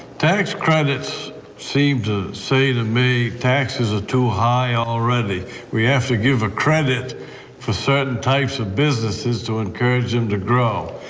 tax credits seem to say to me taxes are ah too high already we have to give a credit for certain types of businesses to encourage them to grow.